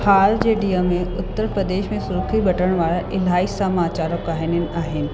हाल जे ॾींहं में उत्तर प्रदेश में सुर्खी बटोरण वारा इलाही समाचार आहिनि